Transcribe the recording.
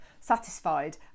satisfied